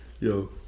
yo